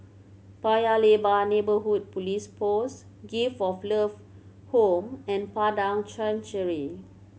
Paya Lebar Neighbourhood Police Post Gift of Love Home and Padang Chancery